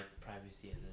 privacy